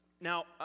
Now